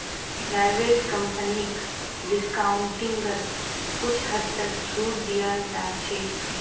private कम्पनीक डिस्काउंटिंगत कुछ हद तक छूट दीयाल जा छेक